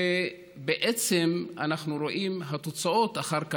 ובעצם אנחנו רואים התוצאות אחר כך.